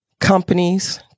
Companies